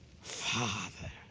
father